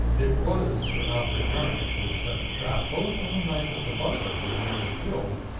it was sir alfred jarnock who had set the trap, both on the night that the butler was nearly killed,